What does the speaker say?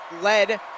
led